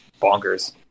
bonkers